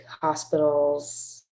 hospitals